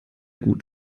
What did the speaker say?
gut